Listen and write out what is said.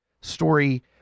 story